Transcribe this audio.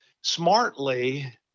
smartly